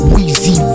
Weezy